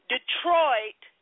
Detroit